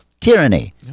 tyranny